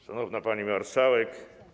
Szanowna Pani Marszałek!